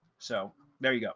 so there you go.